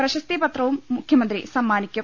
പ്രശസ്തിപത്രവും മുഖ്യമന്ത്രി സമ്മാനിക്കും